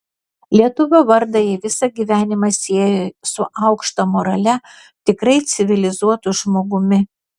lietuvio vardą ji visą gyvenimą siejo su aukšta morale tikrai civilizuotu žmogumi